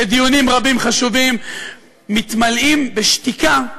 שדיונים רבים חשובים מתמלאים בשתיקה,